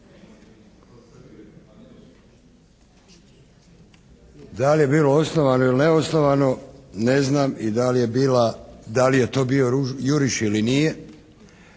Da li je bilo osnovano ili neosnovano, ne znam i da li je to bio juriš ili nije,